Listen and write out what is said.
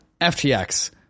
FTX